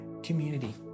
community